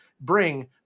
bring